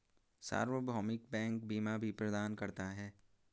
सार्वभौमिक बैंक बीमा भी प्रदान करता है